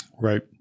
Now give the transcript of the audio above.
right